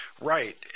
right